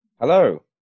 Hello